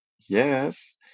yes